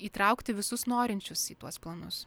įtraukti visus norinčius į tuos planus